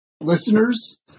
Listeners